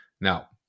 Now